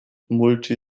multi